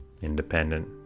independent